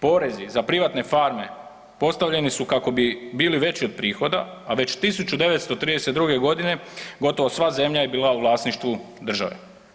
Porezi za privatne farme postavljeni su kako bi bili veći od prihoda, a već 1932. g. gotovo sva zemlja je bila u vlasništvu države.